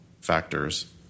factors